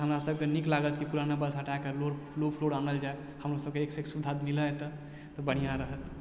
हमरा सबके नीक लागत कि पुराना बस हटा कऽ लोअर लो फ्लोर आनल जाय हमर सबके एकसँ एक सुविधा मिलऽ एतऽ तऽ बढ़िआँ रहत